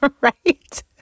right